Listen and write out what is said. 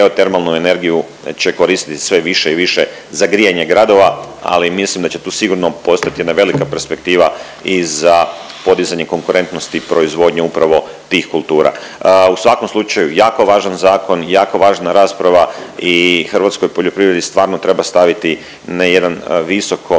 energiju će koristiti sve više i više za grijanje gradova, ali mislim da će tu sigurno postojati jedna velika perspektiva i za podizanje konkurentnosti proizvodnje upravo tih kultura. U svakom slučaju jako važan zakon, jako važna rasprava i hrvatskoj poljoprivredni stvarno treba staviti na jedno visoko